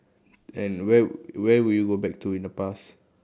and where where would you go back to in the past